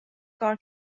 کار